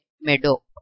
meadow